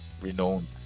renowned